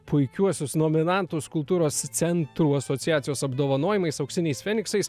puikiuosius nominantus kultūros centrų asociacijos apdovanojimais auksiniais feniksais